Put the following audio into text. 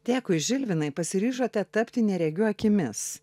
dėkui žilvinai pasiryžote tapti neregių akimis